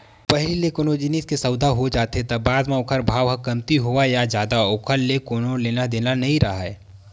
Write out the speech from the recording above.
पहिली ले कोनो जिनिस के सउदा हो जाथे त बाद म ओखर भाव ह कमती होवय या जादा ओखर ले कोनो लेना देना नइ राहय